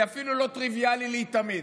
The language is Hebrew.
זה אפילו לא טריוויאלי להתאמן.